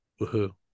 Woohoo